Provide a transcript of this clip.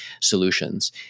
solutions